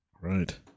Right